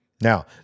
Now